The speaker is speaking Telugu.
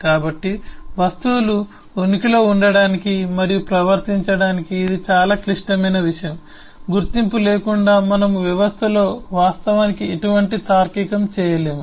కాబట్టి వస్తువులు ఉనికిలో ఉండటానికి మరియు ప్రవర్తించటానికి ఇది చాలా క్లిష్టమైన విషయం గుర్తింపు లేకుండా మనము వ్యవస్థలో వాస్తవానికి ఎటువంటి తార్కికం చేయలేము